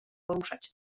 poruszać